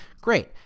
Great